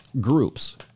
groups